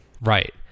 right